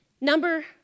Number